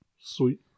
Sweet